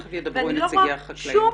תכף ידברו נציגי החקלאים.